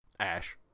ash